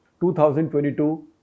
2022